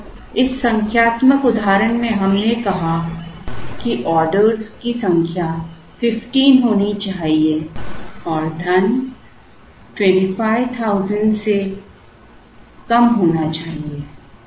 कहो इस संख्यात्मक उदाहरण में हमने कहा कि ऑर्डरों की संख्या 15 होनी चाहिए और धन 25000 से कम होना चाहिए